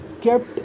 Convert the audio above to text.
kept